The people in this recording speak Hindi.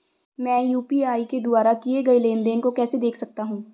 मैं यू.पी.आई के द्वारा किए गए लेनदेन को कैसे देख सकता हूं?